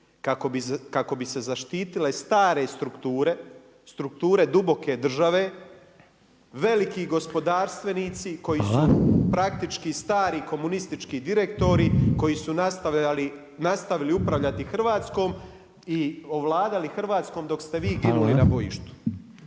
kako bi se zaštitile stare strukture, strukture duboke države, veliki gospodarstvenici koji su praktički stari komunistički direktori, koji su nastavili upravljati Hrvatskom i ovladali Hrvatskom dok ste vi ginuli na bojištu.